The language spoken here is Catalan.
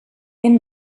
hem